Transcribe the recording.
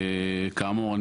כאמור,